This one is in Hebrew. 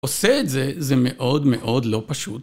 עושה את זה, זה מאוד מאוד לא פשוט.